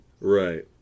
Right